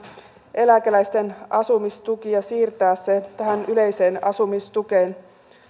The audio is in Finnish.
eläkeläisten asumistuki ja siirtää se tähän yleiseen asumistukeen